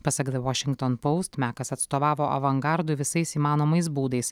pasak the washington post mekas atstovavo avangardui visais įmanomais būdais